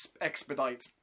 expedite